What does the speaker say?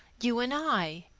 you and i.